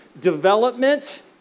development